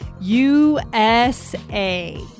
USA